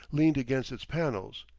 leaned against its panels,